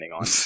on